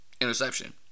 interception